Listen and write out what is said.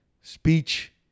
speech